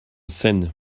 scène